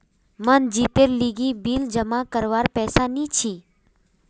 मनजीतेर लीगी बिल जमा करवार पैसा नि छी